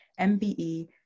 MBE